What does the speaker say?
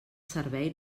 servei